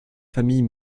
famille